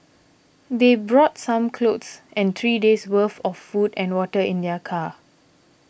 they brought some clothes and three days' worth of food and water in their car